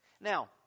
Now